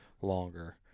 longer